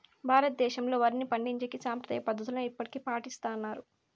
భారతదేశంలో, వరిని పండించేకి సాంప్రదాయ పద్ధతులనే ఇప్పటికీ పాటిస్తన్నారు